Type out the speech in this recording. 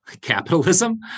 capitalism